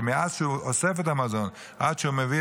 כי מאז שהוא אוסף את המזון ועד שהוא מביא